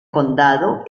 condado